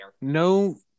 no